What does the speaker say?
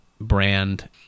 brand